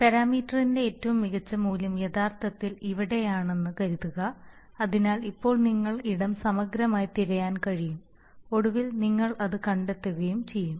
പാരാമീറ്ററിന്റെ ഏറ്റവും മികച്ച മൂല്യം യഥാർത്ഥത്തിൽ ഇവിടെയാണെന്ന് കരുതുക അതിനാൽ ഇപ്പോൾ നിങ്ങൾക്ക് ഇടം സമഗ്രമായി തിരയാൻ കഴിയും ഒടുവിൽ നിങ്ങൾ അത് കണ്ടെത്തുകയും ചെയ്യും